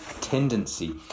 tendency